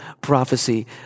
prophecy